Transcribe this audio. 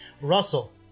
Russell